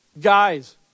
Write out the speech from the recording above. Guys